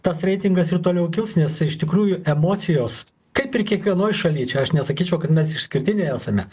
tas reitingas ir toliau kils nes iš tikrųjų emocijos kaip ir kiekvienoj šaly čia aš nesakyčiau kad mes išskirtiniai esame